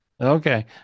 Okay